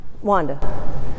Wanda